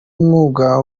mwuga